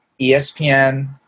espn